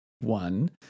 one